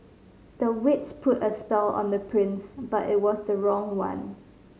the witch put a spell on the prince but it was the wrong one